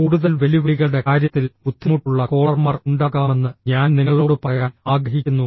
കൂടുതൽ വെല്ലുവിളികളുടെ കാര്യത്തിൽ ബുദ്ധിമുട്ടുള്ള കോളർമാർ ഉണ്ടാകാമെന്ന് ഞാൻ നിങ്ങളോട് പറയാൻ ആഗ്രഹിക്കുന്നു